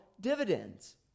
dividends